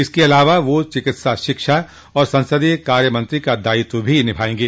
इसके अलावा वह चिकित्सा शिक्षा और संसदीय कार्य मंत्री का दायित्व भी निभायेंगे